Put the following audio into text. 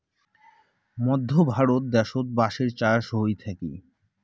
মধ্য ভারত দ্যাশোত বাঁশের চাষ হই থাকি